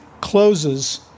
closes